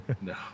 No